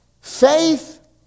faith